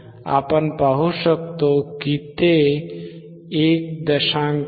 आपण पाहू शकता की ते इनपुट वारंवारता 1